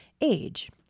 age